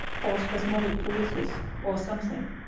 or spasmodic paresis, or something,